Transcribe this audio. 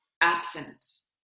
absence